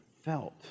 felt